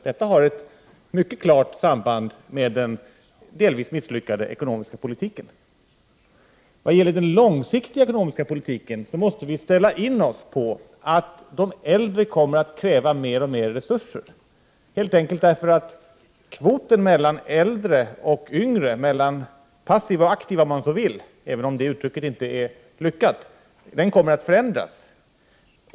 Detta har ett mycket klart samband med den delvis misslyckade ekonomiska politiken. Vad gäller den långsiktiga ekonomiska politiken måste vi ställa in oss på att de äldre kommer att kräva mer och mer resurser, helt enkelt därför att kvoten mellan äldre och yngre — mellan passiva och aktiva, om man så vill, även om uttrycket inte är lyckat — kommer att förändras.